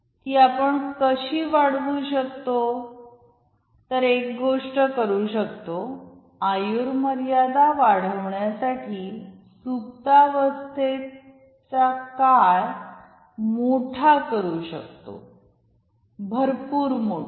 ती आपण कशी वाढवू शकतो तर एक गोष्ट करू शकतो आयुर्मर्यादा वाढवण्यासाठी सुप्तावस्थेत चा काळ मोठा करू शकतो भरपूर मोठा